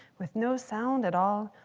with no sound at all,